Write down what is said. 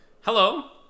Hello